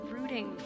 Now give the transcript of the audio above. rooting